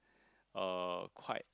uh quite